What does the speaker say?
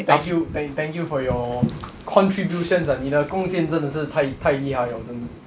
thank you thank thank you for your contributions ah 你的贡献真的是太太厉害 liao 真的